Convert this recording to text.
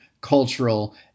cultural